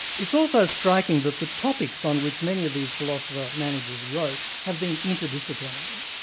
it's also striking that the topics on which many of these philosopher-managers wrote have been inter disciplinary.